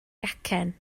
gacen